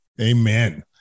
Amen